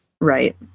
Right